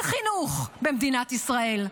אין חינוך במדינת ישראל,